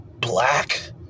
black